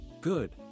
good